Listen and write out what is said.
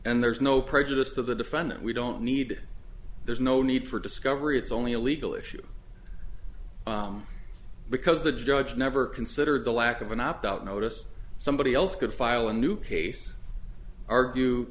and there's no prejudice to the defendant we don't need there's no need for discovery it's only a legal issue because the judge never considered the lack of an opt out notice somebody else could file a new case argue